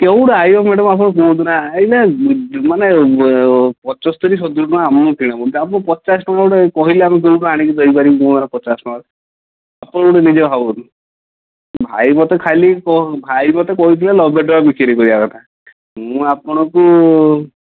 କେଉଁଠୁ ଆଇଚ ମ୍ୟାଡ଼ାମ୍ ଆପଣ କୁହନ୍ତୁନା ଏଇନେ ମାନେ ଏ ପଞ୍ଚସ୍ତରୀ ସତୁରୀ ଟଙ୍କା ଆମକୁ କିଣା ହେଉଛି ଆପଣଙ୍କୁ ପଚାଶ ଟଙ୍କା ଗୁଟେ କହିଲେ ଆମେ ଆଣିକି କୋଉଠୁ ଦେଇପାରିବୁ ପଚାଶ ଟଙ୍କାର ଆପଣ ଗୁଟେ ନିଜେ ଭାବନ୍ତୁ ବୋଲି ଭାଇ ମୋତେ ଖାଲି ଭାଇ ମୋତେ କହିଥିଲେ ନବେ ଟଙ୍କା ବିକ୍ରି କରିବା କଥା ମୁଁ ଆପଣଙ୍କୁ